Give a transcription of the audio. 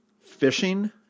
fishing